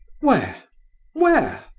where where?